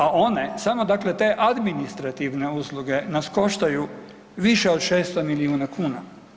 A one, samo dakle te administrativne usluge nas koštaju više od 600 milijuna kuna.